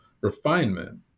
refinement